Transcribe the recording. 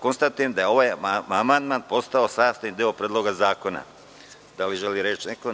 Konstatujem da je ovaj amandman postao sastavni deo Predloga zakona. Da li želi reč neko?